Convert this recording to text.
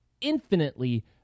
infinitely